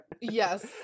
Yes